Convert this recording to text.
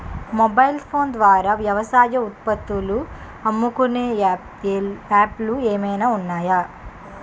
Mobile phone ద్వారా వ్యవసాయ ఉత్పత్తులు అమ్ముకునే యాప్ లు ఏమైనా ఉన్నాయా?